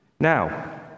Now